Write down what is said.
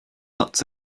huts